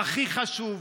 והכי חשוב,